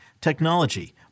technology